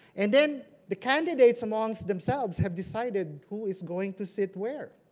and then the candidates amongst themselves have decided who is going to sit where.